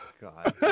God